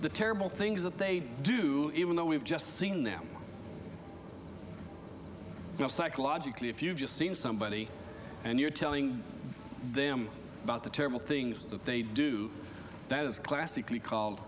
the terrible things that they do even though we've just seen them go psychologically if you've just seen somebody and you're telling them about the terrible things that they do that is classically called